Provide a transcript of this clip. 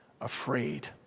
afraid